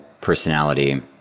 personality